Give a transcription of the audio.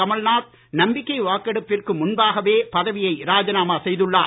கமல்நாத் நம்பிக்கை வாக்கெடுப்பிற்கு முன்பாகவே பதவியை செய்துள்ளார்